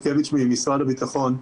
ממשרד הביטחון.